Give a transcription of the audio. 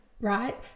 right